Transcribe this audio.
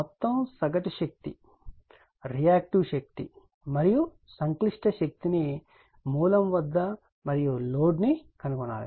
మొత్తం సగటు శక్తి రియాక్టివ్ శక్తి మరియు సంక్లిష్ట శక్తిని మూలం వద్ద మరియు లోడ్ ని కనుగొనాలి